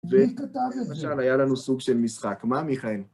ולמשל, היה לנו סוג של משחק. מה, מיכאל?